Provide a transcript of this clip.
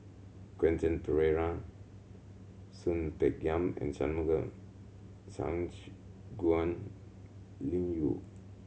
Quentin Pereira Soon Peng Yam and Shangguan Liuyun